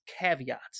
caveats